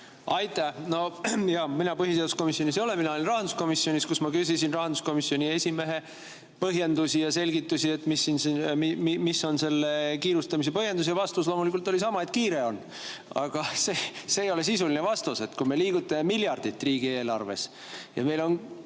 Aitäh! No mina põhiseaduskomisjonis ei ole. Mina olen rahanduskomisjonis, kus ma küsisin rahanduskomisjoni esimehe põhjendusi ja selgitusi, mis on selle kiirustamise põhjendus. Ja vastus loomulikult oli sama, et kiire on. Aga see ei ole sisuline vastus. Kui me liigutame miljardit riigieelarves ja meil